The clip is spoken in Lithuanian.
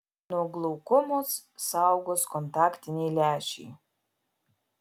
nuo glaukomos saugos kontaktiniai lęšiai